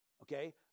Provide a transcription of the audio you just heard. okay